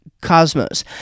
cosmos